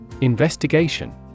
Investigation